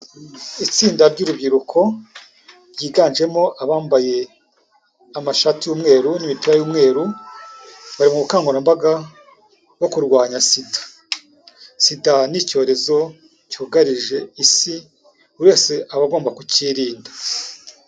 Itsinda ry'urubyiruko ryiganjemo abambaye amashati y'umweru n'imipira y'umweru, bari mu bukangurambaga bwo kurwanya SIDA. SIDA ni icyorezo cyugarije isi, buri wese aba agomba kucyirinda.